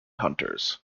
hunters